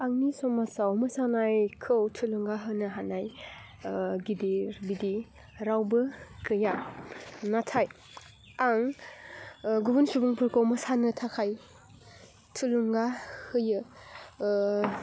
आंनि समाजाव मोसानायखौ थुलुंगा होनो हानाय गिदिर बिदि रावबो गैया नाथाय आं गुबुन सुबुंफोरखौ मोसानो थाखाय थुलुंगा होयो